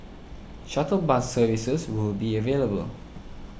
shuttle bus services will be available